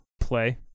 play